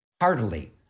heartily